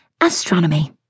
Astronomy